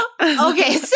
Okay